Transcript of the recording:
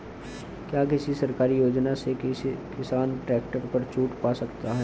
क्या किसी सरकारी योजना से किसान ट्रैक्टर पर छूट पा सकता है?